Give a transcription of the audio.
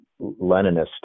Leninist